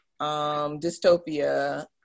Dystopia